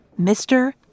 Mr